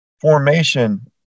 formation